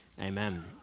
Amen